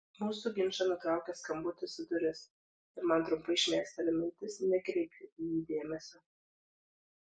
mūsų ginčą nutraukia skambutis į duris ir man trumpai šmėsteli mintis nekreipti į jį dėmesio